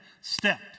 stepped